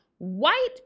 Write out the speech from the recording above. White